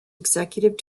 executive